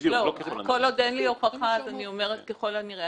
כל עוד אין לי הוכחה אז אני אומרת ככל הנראה.